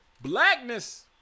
Blackness